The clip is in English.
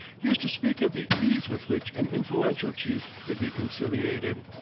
used to speak of the ease with which an influential chief could be conciliated.